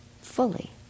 fully